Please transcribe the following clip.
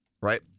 right